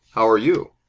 how are you?